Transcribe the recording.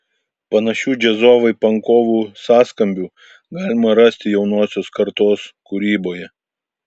panašių džiazovai pankovų sąskambių galima rasti jaunosios kartos kūryboje